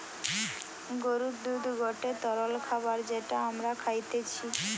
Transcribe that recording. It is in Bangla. গরুর দুধ গটে তরল খাবার যেটা আমরা খাইতিছে